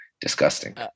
disgusting